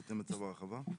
בהתאם לצו ההרחבה?